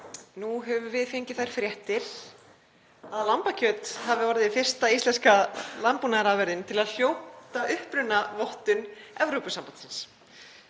Nú höfum við fengið þær fréttir að lambakjöt hafi orðið fyrsta íslenska landbúnaðarafurðin til að hljóta upprunavottun Evrópusambandsins.